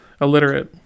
illiterate